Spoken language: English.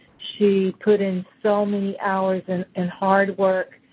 she put in so many hours and and hard work.